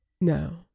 No